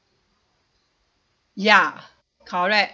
ya correct